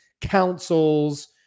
councils